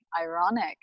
ironic